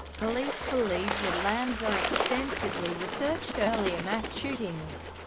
police believe that lanza extensively researched earlier mass shootings,